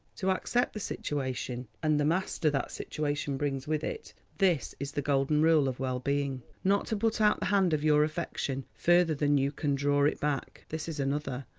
to accept the situation and the master that situation brings with it this is the golden rule of well-being. not to put out the hand of your affection further than you can draw it back, this is another,